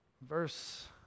verse